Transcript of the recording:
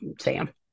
Sam